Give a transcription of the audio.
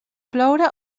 ploure